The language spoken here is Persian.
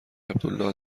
عبدالله